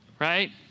right